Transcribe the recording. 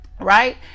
right